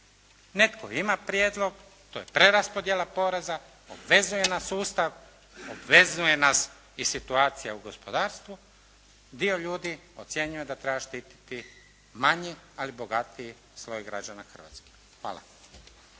netko ima prijedlog, to je preraspodijela poreza, obvezuje nas Ustav, obvezuje nas i situacija u gospodarstvu. Dio ljudi ocjenjuje da treba štiti manji ali bogatiji sloj građana Hrvatske. Hvala.